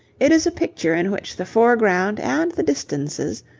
it is a picture in which the foreground and the distances,